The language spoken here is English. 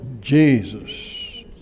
Jesus